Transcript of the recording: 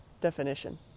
definition